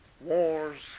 wars